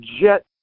jet